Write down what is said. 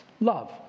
Love